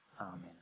Amen